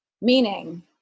Meaning